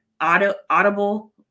audible